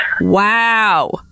wow